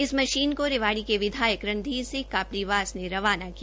इस मशीन को रेवाड़ी के विधायक रणधीर सिंह कापड़ीवास ने रवाना किया